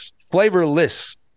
flavorless